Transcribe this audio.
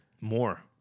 More